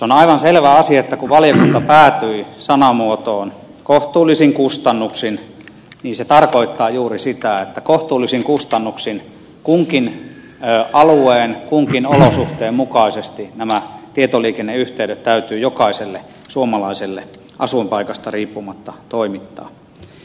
on aivan selvä asia että kun valiokunta päätyi sanamuotoon kohtuullisin kustannuksin niin se tarkoittaa juuri sitä että kohtuullisin kustannuksin kunkin alueen kunkin olosuhteen mukaisesti nämä tietoliikenneyhteydet täytyy jokaiselle suomalaiselle asuinpaikasta riippumatta toimittaa